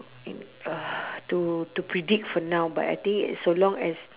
uh to to predict for now but I think so long as